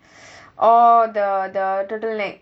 orh the the turtleneck